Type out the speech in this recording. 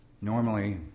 normally